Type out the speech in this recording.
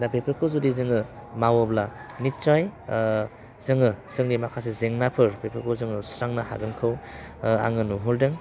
दा बेफोरखौ जुदि जोङो मावोब्ला नित्सय जोङो जोंनि माखासे जेंनाफोर बेफोरखौ जोङो सुस्रांनो हागोनखौ आङो नुहुरदों